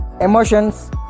emotions